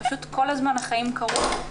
פשוט כל הזמן החיים קרו לי,